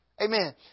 Amen